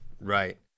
Right